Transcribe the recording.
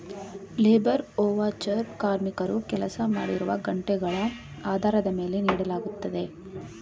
labour voucher ಕಾರ್ಮಿಕರು ಕೆಲಸ ಮಾಡಿರುವ ಗಂಟೆಗಳ ಆಧಾರದ ಮೇಲೆ ನೀಡಲಾಗುತ್ತದೆ